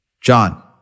John